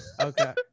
Okay